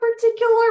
particular